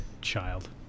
child